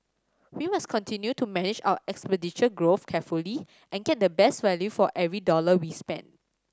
we must continue to manage our expenditure growth carefully and get the best value for every dollar we spend